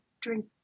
drink